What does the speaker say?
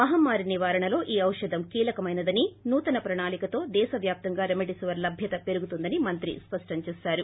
మహమ్మారి నివారణలో ఈ ఔషధం కీలకమైనదని నూతన ప్రణాళికతో దేశవ్యాప్తంగా రెమ్ డెసివిర్ లభ్యత పెరుగుతుందని మంత్రి స్పష్టం చేశారు